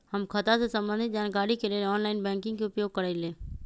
हम खता से संबंधित जानकारी के लेल ऑनलाइन बैंकिंग के उपयोग करइले